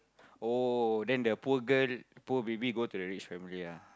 oh then the poor girl poor baby go to the rich family ah